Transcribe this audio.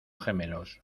gemelos